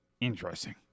Interesting